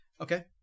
Okay